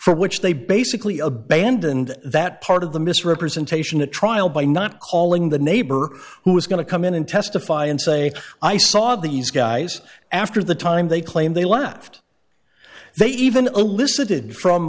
for which they basically abandoned that part of the misrepresentation a trial by not calling the neighbor who is going to come in and testify and say i saw these guys after the time they claim they left they even elicited from